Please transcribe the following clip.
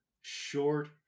short